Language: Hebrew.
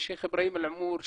שייח אבראהים אלעמור,